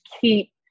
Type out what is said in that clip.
keep